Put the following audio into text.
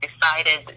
decided